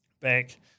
back